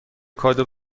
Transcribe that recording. کادو